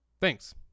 Thanks